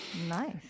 Nice